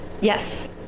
yes